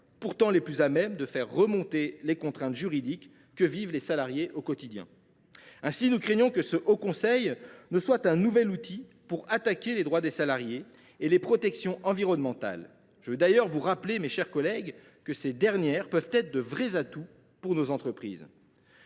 pourtant les plus à même de faire remonter les contraintes juridiques que vivent les salariés au quotidien ? Ainsi, nous craignons que le haut conseil ne soit un nouvel outil pour attaquer les droits des salariés et les protections environnementales. Je vous rappelle d’ailleurs, mes chers collègues, que ces dernières peuvent être de véritables atouts pour nos entreprises.